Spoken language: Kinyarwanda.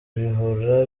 bihora